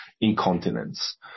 incontinence